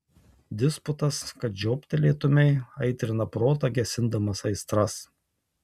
disputas kad žioptelėtumei aitrina protą gesindamas aistras